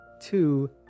Two